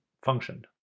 functioned